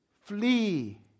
flee